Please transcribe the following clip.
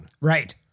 Right